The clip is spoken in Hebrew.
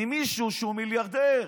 ממישהו שהוא מיליארדר.